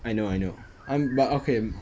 I know I know I'm but okay